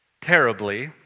terribly